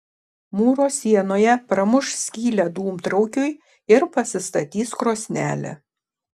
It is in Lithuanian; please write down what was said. mūro sienoje pramuš skylę dūmtraukiui ir pasistatys krosnelę